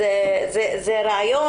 זה רעיון.